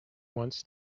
wants